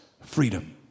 Freedom